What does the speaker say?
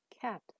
cat